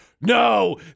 no